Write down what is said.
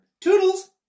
Toodles